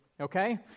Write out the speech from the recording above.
okay